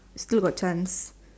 still got chance